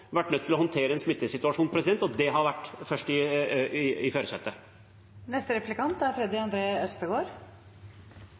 vært nødt til å håndtere en smittesituasjon, og det har vært i førersetet. Jeg har selv opplevd hvor store forskjeller det er